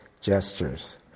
gestures